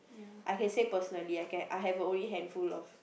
I can say personally I can I have a only handful of